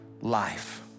life